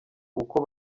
uko